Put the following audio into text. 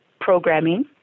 programming